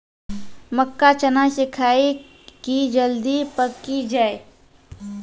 मक्का चना सिखाइए कि जल्दी पक की जय?